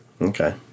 Okay